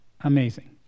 amazing